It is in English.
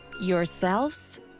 Yourselves